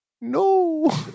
no